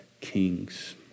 kings